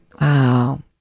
Wow